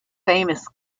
famous